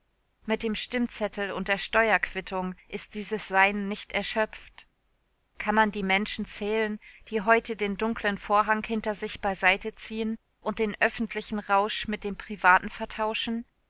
mit dem stimmzettel und der steuerquittung ist dieses sein nicht erschöpft kann man die menschen zählen die heute den dunklen vorhang hinter sich beiseite ziehen und den öffentlichen rausch mit dem privaten vertauschen